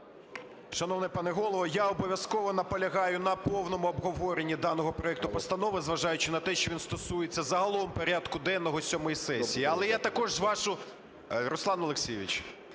Шановний пане Голово, я обов'язково наполягаю на повному обговоренні даного проекту постанови, зважаючи на те, що він стосується загалом порядку денного сьомої сесії. Руслан Олексійович,